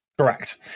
correct